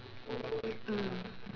mm